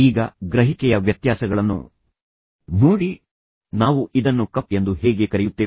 ಈಗ ಗ್ರಹಿಕೆಯ ವ್ಯತ್ಯಾಸಗಳನ್ನು ನೋಡಿ ನಾವು ಇದನ್ನು ಕಪ್ ಎಂದು ಹೇಗೆ ಕರೆಯುತ್ತೇವೆ